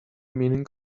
meaning